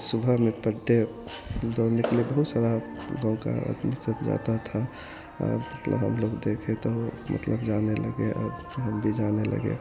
सुबह में दो निकले बहुत सारा गाँव का आदमी सब जाता था मतलब हमलोग देखे तो मतलब जाने लगे अब हम भी जाने लगे